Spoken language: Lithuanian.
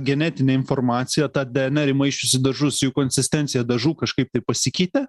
genetinę informaciją tą dnr įmaišius į dažus jų konsistencija dažų kažkaip tai pasikeitė